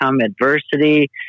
adversity